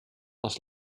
als